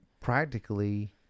practically